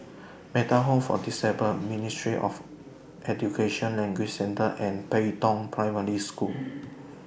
Metta Home For The Disabled Ministry of Education Language Centre and Pei Tong Primary School